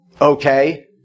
okay